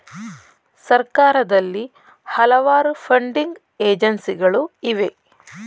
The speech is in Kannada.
ಸರ್ಕಾರದಲ್ಲಿ ಹಲವಾರು ಫಂಡಿಂಗ್ ಏಜೆನ್ಸಿಗಳು ಇವೆ